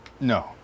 No